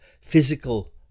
physical